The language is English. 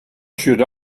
should